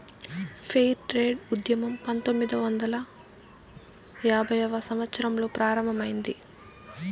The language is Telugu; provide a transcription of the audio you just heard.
ఫెయిర్ ట్రేడ్ ఉద్యమం పంతొమ్మిదవ వందల యాభైవ సంవత్సరంలో ప్రారంభమైంది